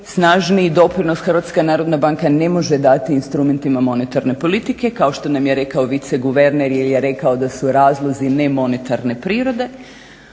snažniji doprinos HNB ne može dati instrumentima monetarne politike kao što nam je rekao viceguverner jel je rekao da su razlozi nemonetarne prirode